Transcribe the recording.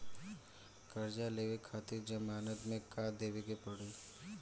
कर्जा लेवे खातिर जमानत मे का देवे के पड़ी?